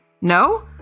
No